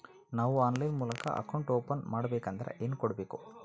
ನಾವು ಆನ್ಲೈನ್ ಮೂಲಕ account open ಮಾಡಬೇಂಕದ್ರ ಏನು ಕೊಡಬೇಕು?